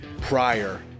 prior